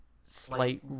slight